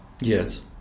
Yes